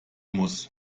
muss